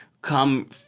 come